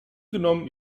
genommen